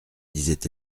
disait